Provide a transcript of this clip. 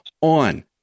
on